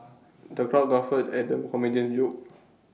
the crowd guffawed at the comedian's jokes